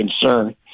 concern